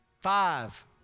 Five